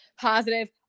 positive